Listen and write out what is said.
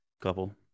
couple